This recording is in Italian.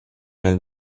nel